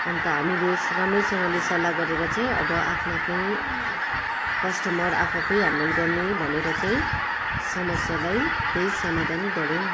अन्त हामीले राम्रैसँगले सल्लाह गरेर चाहिँ अब आफ्नो आफ्नै कस्टमर आफू आफै ह्यान्डल गर्ने भनेर चाहिँ समस्यालाई त्यहीँ समधान गर्यौँ